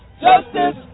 Justice